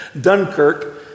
Dunkirk